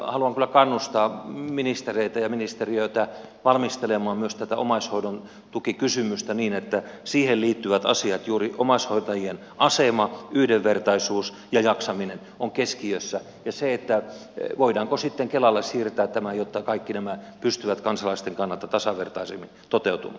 haluan kyllä kannustaa ministereitä ja ministeriötä valmistelemaan myös tätä omaishoidontukikysymystä niin että siihen liittyvät asiat juuri omaishoitajien asema yhdenvertaisuus ja jaksaminen ovat keskiössä ja sitä voidaanko tämä sitten siirtää kelalle jotta kaikki nämä pystyvät kansalaisten kannalta tasavertaisemmin toteutumaan